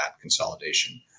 consolidation